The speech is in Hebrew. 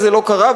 וזה לא קרה,